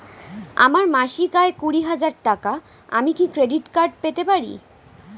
আমার মাসিক আয় কুড়ি হাজার টাকা আমি কি ক্রেডিট কার্ড পেতে পারি?